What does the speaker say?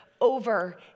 over